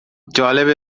جالبه